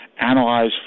analyze